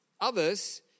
Others